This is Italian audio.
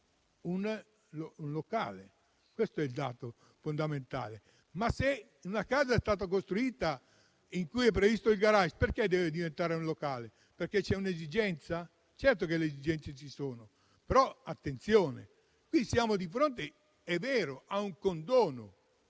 un locale, questo è il dato fondamentale. Se però una casa è stata costruita prevedendo un *garage*, perché deve diventare un locale? Perché c'è un'esigenza? Certo che le esigenze ci sono, però attenzione, perché qui siamo di fronte a un condono